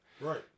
right